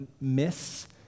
miss